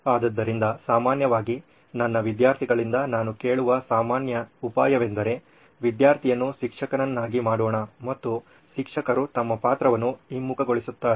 ಆದ್ದರಿಂದ ಸಾಮಾನ್ಯವಾಗಿ ನನ್ನ ವಿದ್ಯಾರ್ಥಿಗಳಿಂದ ನಾನು ಕೇಳುವ ಸಾಮಾನ್ಯ ಉಪಾಯವೆಂದರೆ ವಿದ್ಯಾರ್ಥಿಯನ್ನು ಶಿಕ್ಷಕರನ್ನಾಗಿ ಮಾಡೋಣ ಮತ್ತು ಶಿಕ್ಷಕರು ತಮ್ಮ ಪಾತ್ರವನ್ನು ಹಿಮ್ಮುಖಗೊಳಿಸುತ್ತಾರೆ